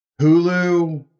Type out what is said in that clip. Hulu